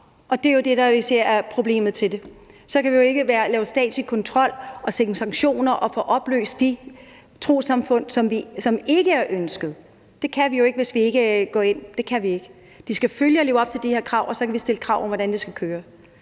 og det er jo det, vi ser er problemet med det. Så kan vi jo ikke lave statslig kontrol og sanktioner og få opløst de trossamfund, som ikke er ønsket. Det kan vi jo ikke, hvis vi ikke går ind. Det kan vi ikke. De skal følge og leve op til de her krav, og så kan vi stille krav om, hvordan det skal køre,